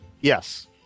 yes